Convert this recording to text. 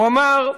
הוא אמר: